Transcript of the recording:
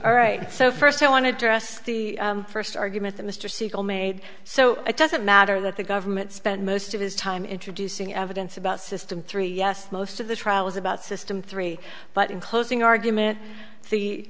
all right so first i want to address the first argument that mr siegel made so it doesn't matter that the government spent most of his time introducing evidence about system three yes most of the trial was about system three but in closing argument the